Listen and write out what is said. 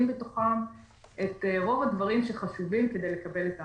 בתוכם את רוב הדברים שחשובים כדי לקבל את ההחלטה.